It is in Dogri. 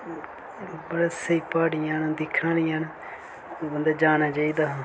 बड़ी स्हेई प्हाड़ियां न दिक्खने आह्लियां न ओह् बंदे जाना चाहिदा